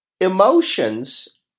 emotions